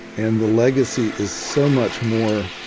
and the legacy is so much more